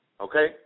okay